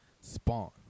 Spawn